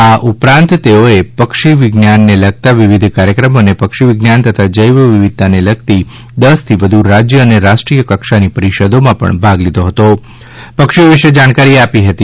આ ઉપરાંત તેઓએ પક્ષી વિજ્ઞાનને લગતા વિવિધ કાર્યક્રમ અને પક્ષી વિજ્ઞાન તથા જૈવ વિવિધતાને લગતી દશ થી વધુ રાજ્ય અને રાષ્ટ્રીય કક્ષાની પરિષદોમાં ભાગ લીધો હતો અને પક્ષીઓ વિશે જાણકારી આપી હતી